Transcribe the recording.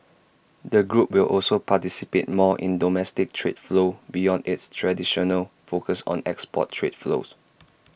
the group will also participate more in domestic trade flows beyond its traditional focus on export trade flows